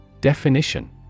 Definition